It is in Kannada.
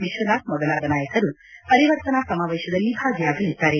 ವಿಶ್ವನಾಥ್ ಮೊದಲಾದ ನಾಯಕರು ಪರಿವರ್ತನಾ ಸಮಾವೇಶದಲ್ಲಿ ಭಾಗಿಯಾಗಲಿದ್ದಾರೆ